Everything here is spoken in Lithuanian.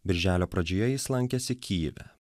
birželio pradžioje jis lankėsi kijeve